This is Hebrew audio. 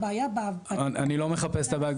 הבעיה ב --- אני לא מחפש את הבעיה.